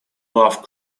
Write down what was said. love